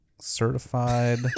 certified